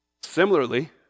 Similarly